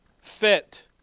Fit